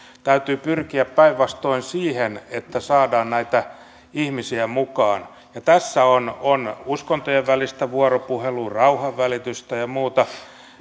täytyy pyrkiä päinvastoin siihen että saadaan näitä ihmisiä mukaan tässä on on uskontojen välistä vuoropuhelua rauhanvälitystä ja muuta